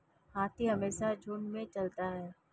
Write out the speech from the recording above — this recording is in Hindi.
हाथी हमेशा झुंड में चलता है